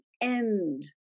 end